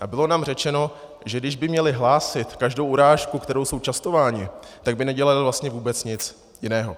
A bylo nám řečeno, že kdyby měli hlásit každou urážku, kterou jsou častováni, tak by nedělali vlastně vůbec nic jiného.